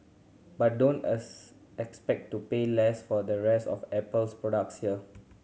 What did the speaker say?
but don't expect to pay less for the rest of Apple's products here